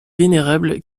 vénérable